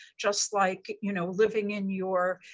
just like you know living in your